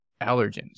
allergens